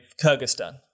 Kyrgyzstan